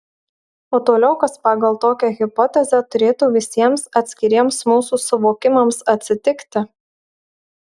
o toliau kas pagal tokią hipotezę turėtų visiems atskiriems mūsų suvokimams atsitikti